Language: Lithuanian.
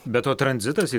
be to tranzitas į